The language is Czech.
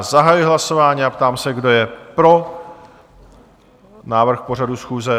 Zahajuji hlasování a ptám se, kdo je pro návrh pořadu schůze?